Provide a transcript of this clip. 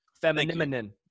Feminine